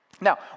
Now